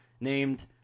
named